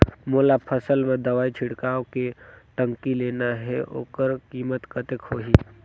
मोला फसल मां दवाई छिड़काव के टंकी लेना हे ओकर कीमत कतेक होही?